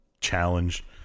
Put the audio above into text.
challenge